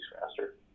faster